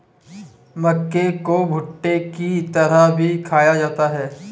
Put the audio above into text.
मक्के को भुट्टे की तरह भी खाया जाता है